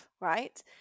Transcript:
right